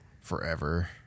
forever